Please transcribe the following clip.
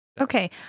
okay